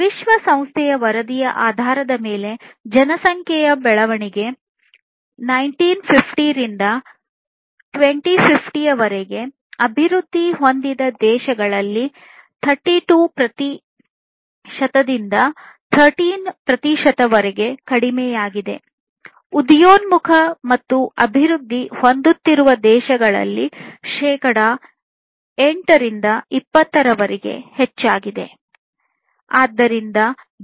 ವಿಶ್ವಸಂಸ್ಥೆಯ ವರದಿಯ ಆಧಾರದ ಮೇಲೆ ಜನಸಂಖ್ಯೆಯ ಬೆಳವಣಿಗೆ 1950 ರಿಂದ 2050 ರವರೆಗೆ ಅಭಿವೃದ್ಧಿ ಹೊಂದಿದ ದೇಶಗಳಲ್ಲಿ 32 ಪ್ರತಿಶತದಿಂದ 13 ಪ್ರತಿಶತದವರೆಗೆ ಕಡಿಮೆಯಾಗಿದೆ ಉದಯೋನ್ಮುಖ ಮತ್ತು ಅಭಿವೃದ್ಧಿ ಹೊಂದುತ್ತಿರುವ ದೇಶಗಳಲ್ಲಿ ಶೇಕಡಾ 8 ರಿಂದ 20 ರವರೆಗೆ ಹೆಚ್ಚಾಗಿದೆ